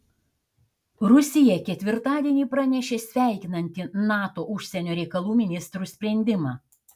rusija ketvirtadienį pranešė sveikinanti nato užsienio reikalų ministrų sprendimą